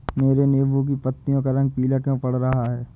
मेरे नींबू की पत्तियों का रंग पीला क्यो पड़ रहा है?